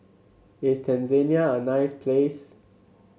is Tanzania a nice place